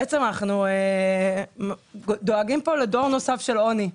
בעצם אנחנו דואגים פה לדור נוסף של עוני שיהיה,